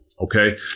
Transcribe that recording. okay